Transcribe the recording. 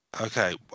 okay